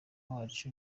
wacu